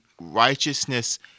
righteousness